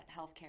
healthcare